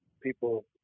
people